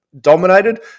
dominated